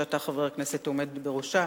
שאתה חבר הכנסת העומד בראשה,